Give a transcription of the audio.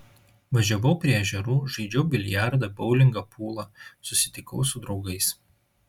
važiavau prie ežerų žaidžiau biliardą boulingą pulą susitikau su draugais